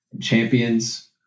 Champions